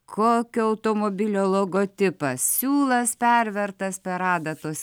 kokio automobilio logotipas siūlas pervertas per adatos